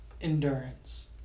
endurance